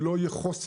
זה לא יהיה חוסן,